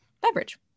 beverage